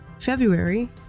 February